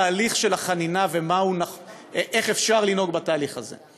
התהליך של החנינה ואיך אפשר לנהוג בתהליך הזה.